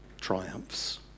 triumphs